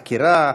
עקירה,